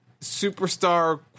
superstar